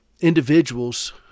individuals